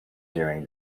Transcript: during